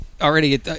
Already